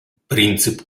принцип